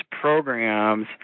programs